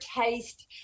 taste